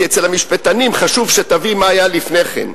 כי אצל המשפטנים חשוב שתבין מה היה לפני כן.